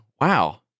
Wow